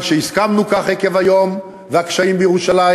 שהסכמנו לכך היום עקב הקשיים בירושלים,